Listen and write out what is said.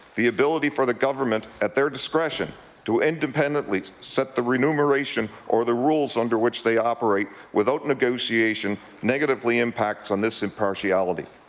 the ability for the government at their discretion to independently set the remuneration or the rules under which they operate without negotiation negatively impacts on this impartiality.